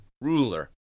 ruler